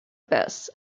bus